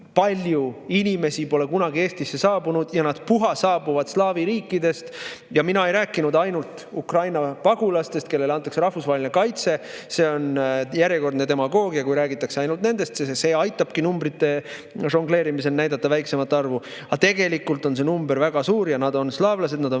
palju inimesi pole kunagi Eestisse saabunud ja nad puha saabuvad slaavi riikidest. Ja mina ei rääkinud ainult Ukraina pagulastest, kellele antakse rahvusvaheline kaitse. See on järjekordne demagoogia, kui räägitakse ainult nendest – see aitabki numbritega žongleerimisel näidata väiksemat arvu. Aga tegelikult on see arv väga suur ja nad on slaavlased, nad on